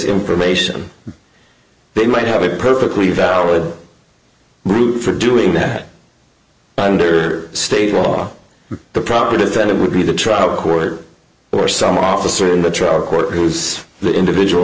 information they might have a perfectly valid route for doing that under state law the proper defendant would be the trial court or some officer in the trial court who is the individual